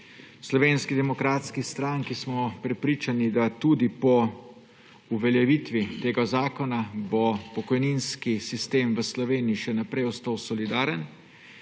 Slovenski demokratski stranki smo prepričani, da bo tudi po uveljavitvi tega zakona pokojninski sistem v Sloveniji še naprej ostal solidaren